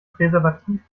präservativ